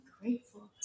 grateful